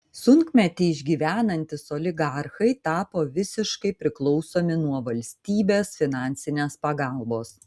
sunkmetį išgyvenantys oligarchai tapo visiškai priklausomi nuo valstybės finansinės pagalbos